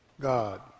God